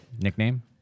nickname